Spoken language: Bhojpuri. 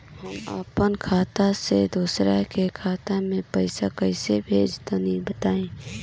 हम आपन खाता से दोसरा के खाता मे पईसा कइसे भेजि तनि बताईं?